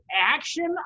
action